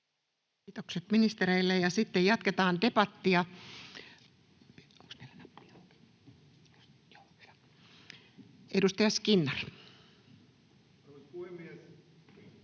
Kiitokset ministereille. — Sitten jatketaan debattia. — Edustaja Skinnari. Arvoisa puhemies!